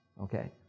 Okay